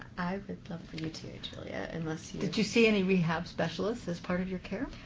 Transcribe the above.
i would love for you to, julia, unless you did you see any rehab specialists as part of your care?